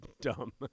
dumb